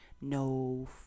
No